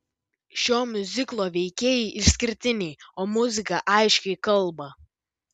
šio miuziklo veikėjai išskirtiniai o muzika aiškiai kalba